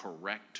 correct